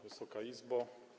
Wysoka Izbo!